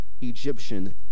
Egyptian